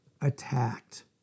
attacked